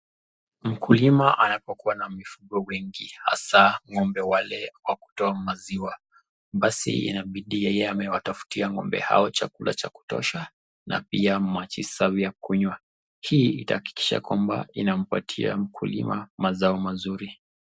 Mkulima anapokuwa na mifugo wengi hasa ng'ombe wale wa kutoa maziwa, basi inabidi yeye amewatafutia ng'ombe hao chakula cha kutosha na pia maji safi ya kunywa. Hii itahakikisha kwamba itampatia mkulima mazao mazuri.